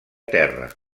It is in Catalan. terra